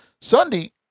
Sunday